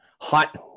hot